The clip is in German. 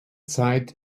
zeit